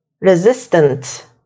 resistant